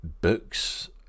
books